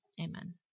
Amen